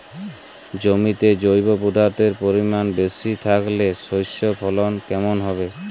জমিতে জৈব পদার্থের পরিমাণ বেশি থাকলে শস্যর ফলন কেমন হবে?